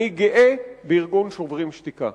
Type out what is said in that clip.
אני גאה בארגון "שוברים שתיקה",